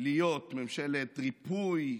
להיות ממשלת ריפוי,